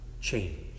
change